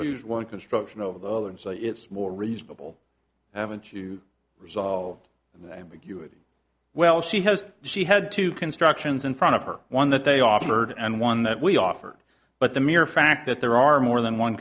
huge one construction over the other and so it's more reasonable haven't you resolved well she has she had to constructions in front of her one that they offered and one that we offered but the mere fact that there are more than one